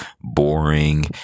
boring